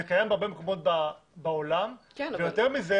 זה קיים בהרבה מקומות בעולם ויותר מזה,